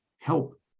help